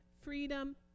freedom